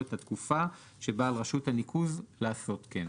את התקופה שבה על רשות הניקוז לעשות כן.